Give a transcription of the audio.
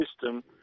system